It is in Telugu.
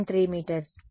3 మీటర్లు